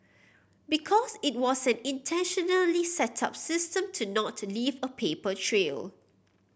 because it was an intentionally set up system to not leave a paper trail